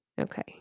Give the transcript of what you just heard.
Okay